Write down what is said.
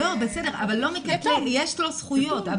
יש לו זכויות.